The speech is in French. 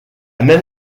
même